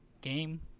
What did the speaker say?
game